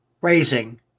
raising